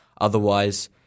Otherwise